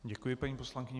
Děkuji paní poslankyni.